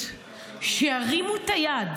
אתה לוקח לי את הזמן,